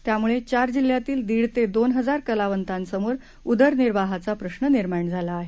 त्यामुळे चार जिल्ह्यातील दीड ते दोन हजार कलावंतांसमोर उदरनिर्वाहाचा प्रश्न निर्माण झाला आहे